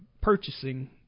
purchasing